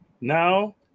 now